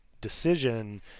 decision